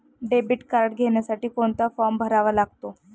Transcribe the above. Debit card घेण्यासाठी कोणता form भरावा लागतो?